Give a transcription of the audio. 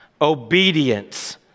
obedience